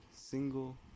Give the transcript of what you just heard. single